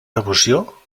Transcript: devoció